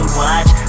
watch